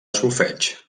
solfeig